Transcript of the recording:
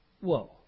Whoa